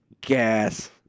Gas